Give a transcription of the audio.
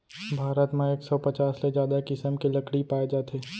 भारत म एक सौ पचास ले जादा किसम के लकड़ी पाए जाथे